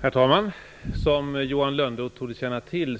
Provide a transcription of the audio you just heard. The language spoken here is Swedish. Herr talman! Som Johan Lönnroth torde känna till